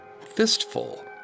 fistful